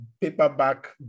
paperback